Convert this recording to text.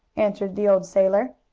answered the old sailor.